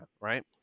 right